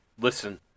listen